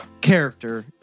character